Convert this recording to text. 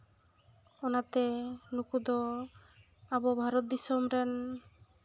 ᱚᱱᱟᱛᱮ ᱱᱩᱠᱩ ᱫᱚ ᱟᱵᱚ ᱵᱷᱟᱨᱚᱛ ᱫᱤᱥᱚᱢ ᱨᱮᱱ